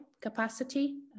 capacity